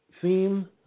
theme